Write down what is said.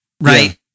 right